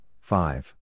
five